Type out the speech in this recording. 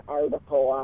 article